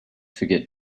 forget